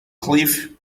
cliff